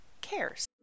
cares